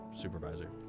supervisor